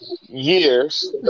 years